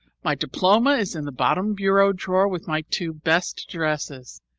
my diploma is in the bottom bureau drawer with my two best dresses.